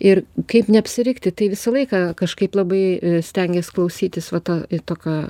ir kaip neapsirikti tai visą laiką kažkaip labai stengies klausytis va to tokio